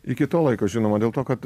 iki to laiko žinoma dėl to kad